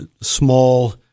small